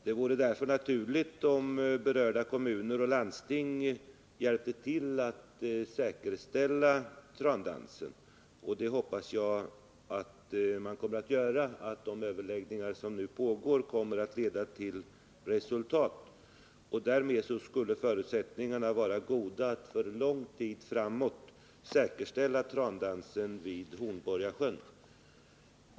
Det vore därför naturligt om berörda kommuner och landsting hjälpte till att säkerställa trandansen. Jag hoppas att de pågående överläggningarna kommer att leda till resultat. Därmed skulle förutsättningarna vara goda att för lång tid framåt säkerställa trandansen vid Hornborgasjön.